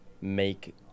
make